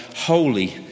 Holy